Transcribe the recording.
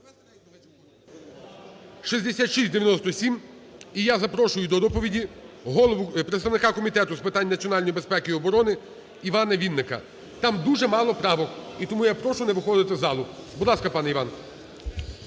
(6697). І я запрошую до доповіді представника Комітету з питань національної безпеки і оборони Івана Вінника. Там дуже мало правок, і тому я прошу не виходити з залу. Будь ласка, пане Іван.